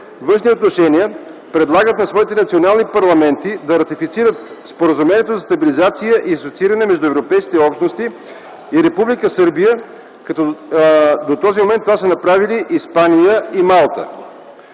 „Външни отношения”, предлагат на своите национални парламенти да ратифицират Споразумението за стабилизация и асоцииране между европейските общности и Република Сърбия, като до този момент това са направили Испания и Малта.